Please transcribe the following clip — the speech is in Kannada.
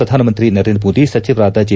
ಪ್ರಧಾನಮಂತ್ರಿ ನರೇಂದ್ರ ಮೋದಿ ಸಚಿವರಾದ ಜಿ